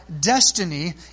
destiny